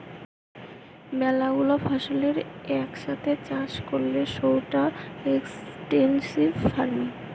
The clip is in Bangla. ম্যালা গুলা ফসলের এক সাথে চাষ করলে সৌটা এক্সটেন্সিভ ফার্মিং